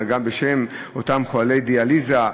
אבל בשם אותם חולי דיאליזה,